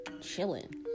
chilling